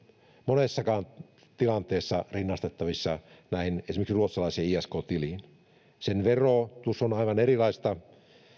monessakaan tilanteessa rinnastettavissa esimerkiksi ruotsalaiseen isk tiliin sen verotus on aivan erilaista